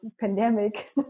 pandemic